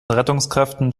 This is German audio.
rettungskräften